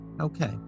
Okay